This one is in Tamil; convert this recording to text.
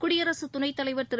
குடியரசுத் துணைத் தலைவா் திரு